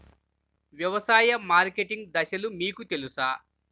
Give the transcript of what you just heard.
వ్యవసాయ మార్కెటింగ్ దశలు మీకు తెలుసా?